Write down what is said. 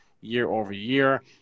year-over-year